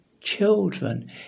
children